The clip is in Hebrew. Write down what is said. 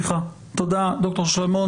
תודה דוקטור שלמון.